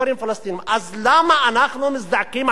אז למה אנחנו מזדעקים על ההתנחלויות?